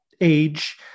age